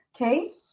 okay